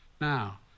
Now